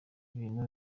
bituma